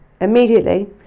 immediately